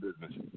business